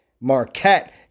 Marquette